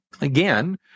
again